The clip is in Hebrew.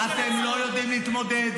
נכון --- אתם לא יודעים להתמודד,